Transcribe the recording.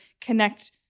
connect